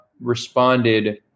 responded